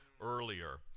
earlier